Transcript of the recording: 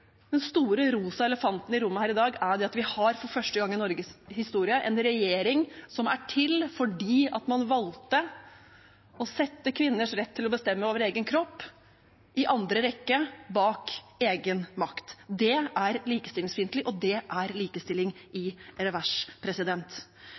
den store rosa elefanten i rommet her i dag at vi for første gang i Norges historie har en regjering som er til fordi man valgte å sette kvinners rett til å bestemme over egen kropp i andre rekke, bak egen makt. Det er likestillingsfiendtlig, og det er likestilling i